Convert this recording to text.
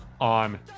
on